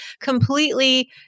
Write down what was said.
completely